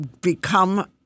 become